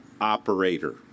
operator